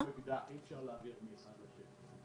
אי אפשר להעביר מאחד לשני.